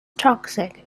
toxic